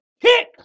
kick